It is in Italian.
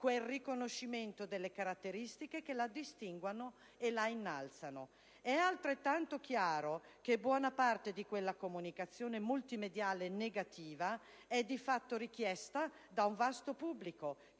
quel riconoscimento delle caratteristiche che la distinguono e la innalzano. È altrettanto chiaro che buona parte di quella comunicazione multimediale negativa è di fatto richiesta da un vasto pubblico